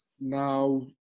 now